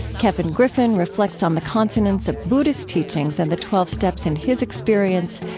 kevin griffin reflects on the consonance of buddhist teachings and the twelve steps in his experience.